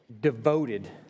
devoted